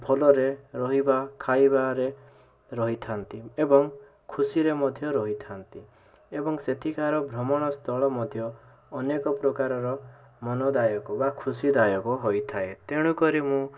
ଭଲରେ ରହିବା ଖାଇବାରେ ରହିଥାନ୍ତି ଏବଂ ଖୁସିରେ ମଧ୍ୟ ରହିଥାନ୍ତି ଏବଂ ସେଠିକାର ଭ୍ରମଣସ୍ଥଳ ମଧ୍ୟ ଅନେକ ପ୍ରକାରର ମନଦାୟକ ବା ଖୁସିଦାୟକ ହୋଇଥାଏ ତେଣୁକରି ମୁଁ